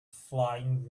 flying